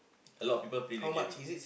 a lot of people play the game